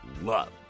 loved